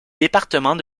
département